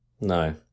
No